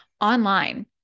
online